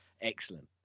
Excellent